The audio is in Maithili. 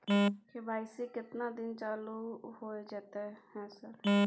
के.वाई.सी केतना दिन चालू होय जेतै है सर?